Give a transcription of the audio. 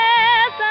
Yes